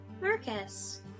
Marcus